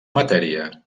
matèria